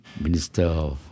minister